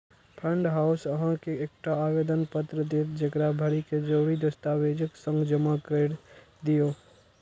fund house अहां के एकटा आवेदन पत्र देत, जेकरा भरि कें जरूरी दस्तावेजक संग जमा कैर दियौ